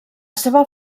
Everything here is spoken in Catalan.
seva